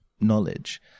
knowledge